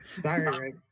Sorry